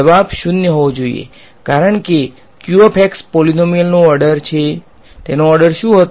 જવાબ 0 હોવો જોઈએ કારણ કે પોલીનોમીયલનો ઓર્ડર છે તેનો ઓર્ડર શું હતો